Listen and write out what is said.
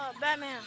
Batman